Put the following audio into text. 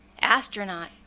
Astronaut